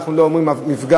אנחנו לא אומרים "מפגן",